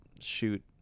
shoot